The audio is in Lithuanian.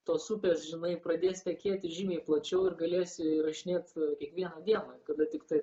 tos upės žinai pradės tekėti žymiai plačiau ir galėsi įrašinėt kiekvieną dieną kada tiktai